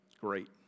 great